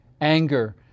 anger